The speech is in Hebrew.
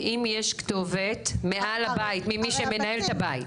אם יש כתובת מעל הבית, מי שמנהל את הבית.